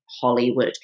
hollywood